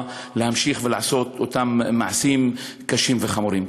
להמשיך ולעשות אותם מעשים קשים וחמורים.